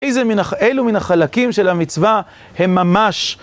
אילו מן החלקים של המצווה הם ממש...